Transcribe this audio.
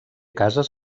cases